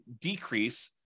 decrease